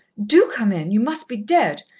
do come in you must be dead,